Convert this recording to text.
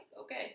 okay